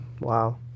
wow